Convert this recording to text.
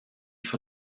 für